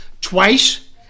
Twice